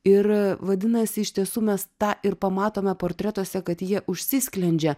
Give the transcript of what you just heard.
ir vadinasi iš tiesų mes tą ir pamatome portretuose kad jie užsisklendžia